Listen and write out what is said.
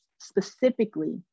specifically